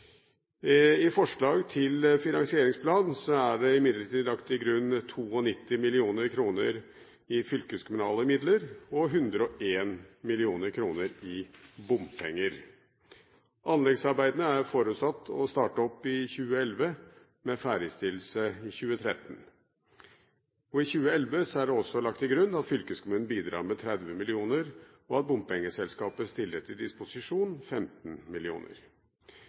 I forslag til finansieringsplan er det imidlertid lagt til grunn 92 mill. kr i fylkeskommunale midler og 101 mill. kr i bompenger. Anleggsarbeidene er forutsatt å starte opp i 2011 med ferdigstillelse i 2013. I 2011 er det også lagt til grunn at fylkeskommunen bidrar med 30 mill. kr, og at bompengeselskapet stiller til disposisjon 15